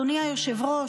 אדוני היושב-ראש,